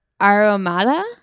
Aromada